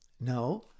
No